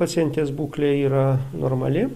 pacientės būklė yra normali